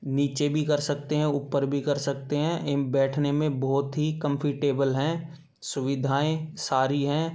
नीचे भी कर सकते हैं ऊपर भी कर सकते हैं एवं बैठने में बहुत ही कम्फिटेबल हैं सुविधाएं सारी हैं